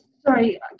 sorry